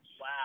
Wow